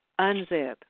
unzip